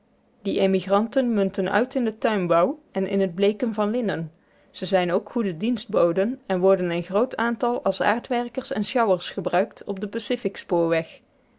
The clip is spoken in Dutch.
die emigranten munten uit in den tuinbouw en in het bleeken van linnen ze zijn ook goede dienstboden en worden in groot aantal als aardwerkers en sjouwers gebruikt op den pacific spoorweg